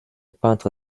peintre